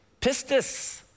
Pistis